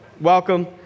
welcome